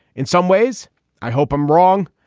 in some ways i hope i'm wrong,